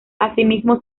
asimismo